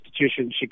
institution